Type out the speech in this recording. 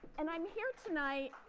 and i'm here tonight.